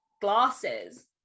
glasses